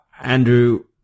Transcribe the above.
Andrew